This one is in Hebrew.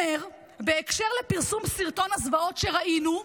בהקשר של פרסום סרטון הזוועות שראינו,